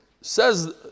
says